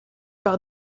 par